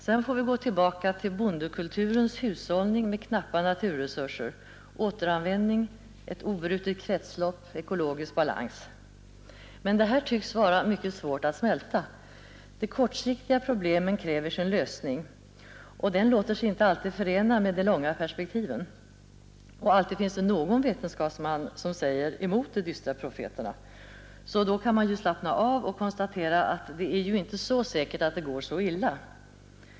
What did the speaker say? Sedan får vi gå tillbaka till bondekulturens hushållning med knappa naturresurser, återanvändning, ett obrutet kretslopp, ekologisk balans. Men det här tycks vara mycket svårt att smälta. De kortsiktiga problemen kräver sin lösning och den låter sig inte alltid förena med de långa perspektiven. Och alltid finns det någon vetenskapsman som säger emot de dystra profeterna, så då kan man ju slappna av och konstatera att det är ju inte säkert att det går så illa.